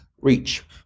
Reach